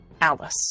Alice